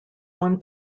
one